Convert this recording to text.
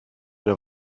der